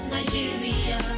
Nigeria